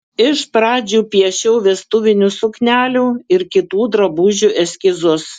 iš pradžių piešiau vestuvinių suknelių ir kitų drabužių eskizus